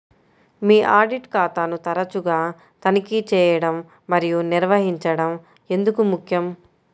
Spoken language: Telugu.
మీ ఆడిట్ ఖాతాను తరచుగా తనిఖీ చేయడం మరియు నిర్వహించడం ఎందుకు ముఖ్యం?